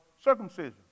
circumcision